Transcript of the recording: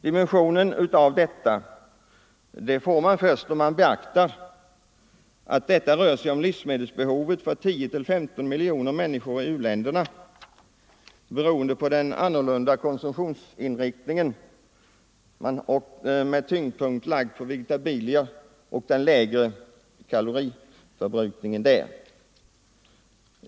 Dimensionen av detta får man först om man beaktar att det rör sig om livsmedelsbehovet för 10-15 miljoner människor i u-länderna, beroende på den annorlunda konsumtionsinriktningen med tyngdpunkten lagd på vegetabilier och den lägre kaloriförbrukningen där.